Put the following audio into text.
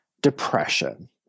depression